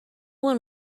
one